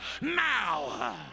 Now